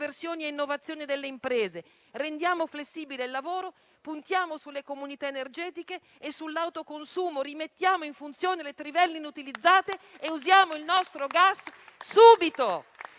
riconversioni e innovazione delle imprese; rendiamo flessibile il lavoro puntiamo sulle comunità energetiche e sull'autoconsumo; rimettiamo in funzione le trivelle inutilizzate e usiamo il nostro gas subito.